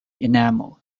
enamel